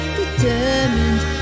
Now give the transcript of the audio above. determined